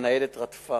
הניידת רדפה